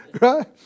Right